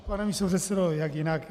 Pane místopředsedo, jak jinak.